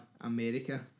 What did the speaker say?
America